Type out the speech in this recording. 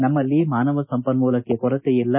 ನಮ್ಮಲ್ಲಿ ಮಾನವ ಸಂಪನ್ಮೂಲಕ್ಕೆ ಕೊರತೆಯಿಲ್ಲ